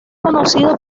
conocido